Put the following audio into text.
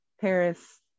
Paris